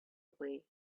away